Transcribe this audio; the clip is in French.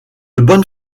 bonne